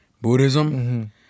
Buddhism